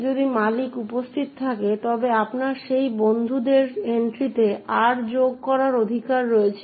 যদি মালিক উপস্থিত থাকে তবে আপনার সেই বন্ধুদের এন্ট্রিতে R যোগ করার অধিকার রয়েছে